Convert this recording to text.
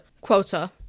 quota